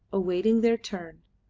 awaiting their turn.